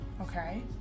okay